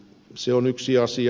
se on yksi asia